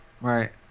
Right